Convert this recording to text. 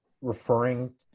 referring